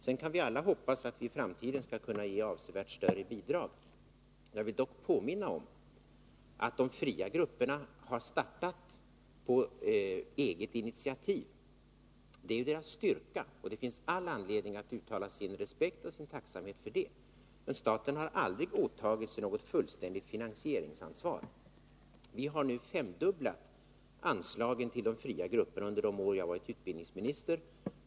Sedan kan vi alla hoppas att vi i framtiden skall kunna ge avsevärt större bidrag. Jag vill dock påminna om att de fria grupperna har startat på eget initiativ. Det är ju deras styrka, och det finns all anledning att uttala sin respekt och sin tacksamhet för det. Men staten har aldrig åtagit sig något fullständigt finansieringsansvar. Vi har nu femdubblat anslagen till de fria grupperna under de år jag har varit utbildningsminister.